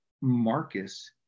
marcus